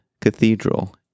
Cathedral